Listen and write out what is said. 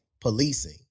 policing